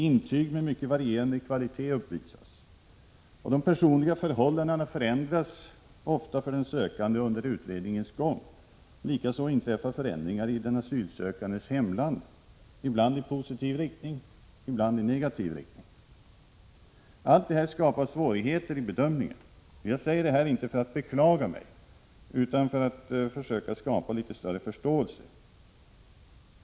Intyg med mycket varierande kvalitet uppvisas. De personliga förhållandena förändras ofta för den sökande under utredningens gång. Likaså inträffar förändringar i den asylsökandes hemland, ibland i positiv riktning, ibland i negativ riktning. Allt detta skapar svårigheter vid bedömningen. Jag säger detta inte för att beklaga mig utan för att försöka skapa litet större förståelse.